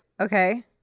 Okay